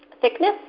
thickness